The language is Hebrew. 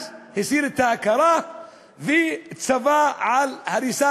אז הוא הסיר את ההכרה וציווה על הריסה